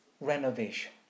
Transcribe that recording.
renovation